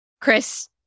Chris